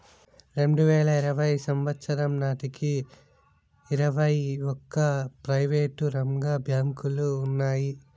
రెండువేల ఇరవై సంవచ్చరం నాటికి ఇరవై ఒక్క ప్రైవేటు రంగ బ్యాంకులు ఉన్నాయి